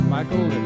Michael